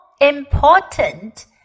important